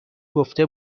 گفته